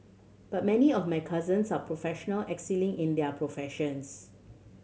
but many of my cousins are professional excelling in their professions